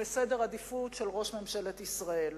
וסדר עדיפויות של ראש ממשלת ישראל.